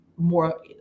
more